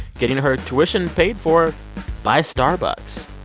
getting her tuition paid for by starbucks.